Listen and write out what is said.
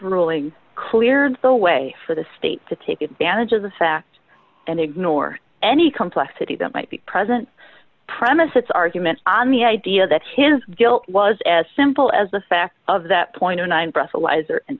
ruling cleared the way for the state to take advantage of the facts and ignore any complexity that might be present premise its argument on the idea that his guilt was as simple as the fact of that point nine